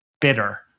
bitter